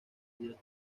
dicha